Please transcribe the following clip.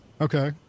Okay